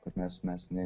kad mes mes ne